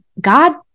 God